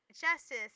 Justice